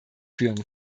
führen